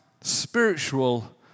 spiritual